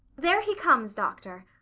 there he comes, doctor.